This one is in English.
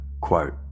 quote